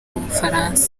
bufaransa